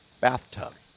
bathtub